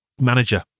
Manager